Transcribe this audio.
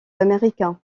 américains